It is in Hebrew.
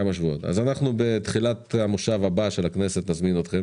אנחנו בתחילת המושב הבא של הכנסת נזמין אתכם